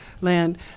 land